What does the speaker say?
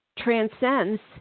transcends